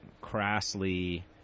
crassly